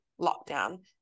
lockdown